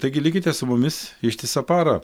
taigi likite su mumis ištisą parą